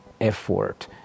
effort